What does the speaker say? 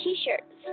T-shirts